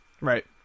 Right